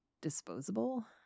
disposable